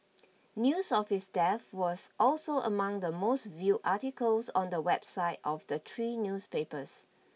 news of his death was also among the most viewed articles on the website of the three newspapers